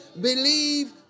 believe